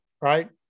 right